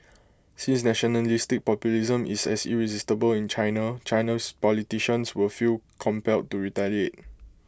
since nationalistic populism is as irresistible in China Chinese politicians will feel compelled to retaliate